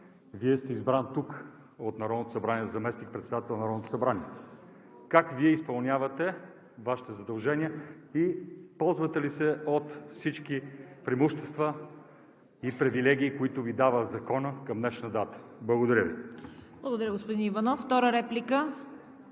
Вие сте избран тук – от Народното събрание, за заместник-председател на Народното събрание: как Вие изпълнявате Вашите задължения и ползвате ли се от всички преимущества и привилегии, които Ви дава Законът, към днешна дата? Благодаря Ви. ПРЕДСЕДАТЕЛ ЦВЕТА